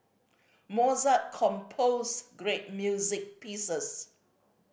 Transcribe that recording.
Mozart composed great music pieces